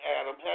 Adam